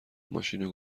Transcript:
ماشینو